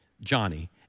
Johnny